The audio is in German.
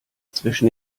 zwischen